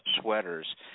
sweaters